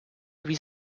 wie